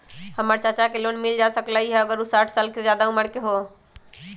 हमर चाचा के लोन मिल जा सकलई ह अगर उ साठ साल से जादे उमर के हों?